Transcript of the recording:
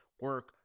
Work